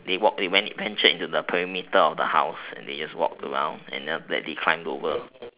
they walked they ventured into the perimeter of the house and they just walked around and then after that they climbed over